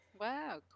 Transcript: Wow